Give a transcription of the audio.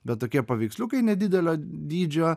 bet tokie paveiksliukai nedidelio dydžio